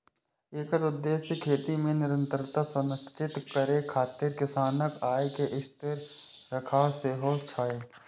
एकर उद्देश्य खेती मे निरंतरता सुनिश्चित करै खातिर किसानक आय कें स्थिर राखब सेहो छै